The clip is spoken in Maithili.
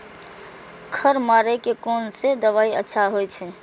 खर मारे के कोन से दवाई अच्छा होय छे?